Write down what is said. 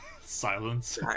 silence